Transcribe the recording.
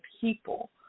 people